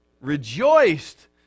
Rejoiced